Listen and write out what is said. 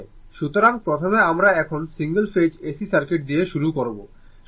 সুতরাং প্রথমে আমরা এখন সিঙ্গেল ফেজ AC সার্কিট দিয়ে শুরু করব